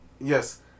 Yes